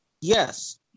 Yes